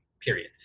period